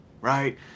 right